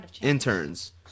interns